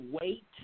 wait